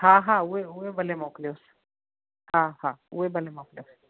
हा हा उहे उहे भले मोकलियोस हा हा उहे भले मोकलियोस